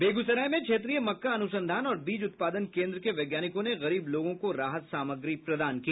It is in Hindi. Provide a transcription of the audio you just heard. बेगूसराय में क्षेत्रीय मक्का अनुसंधान और बीज उत्पादन कोन्द्र के वैज्ञानिकों ने गरीब लोगों को राहत सामग्री प्रदान की